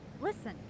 listen